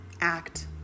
act